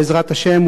בעזרת השם,